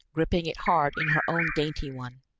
gripping it hard in her own dainty one.